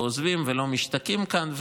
עוזבים ולא משתקעים כאן.